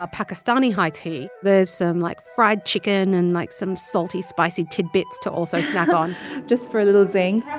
ah pakistani high tea, there's some, like, fried chicken and, like, some salty-spicy tidbits to also snack on just for a little zing i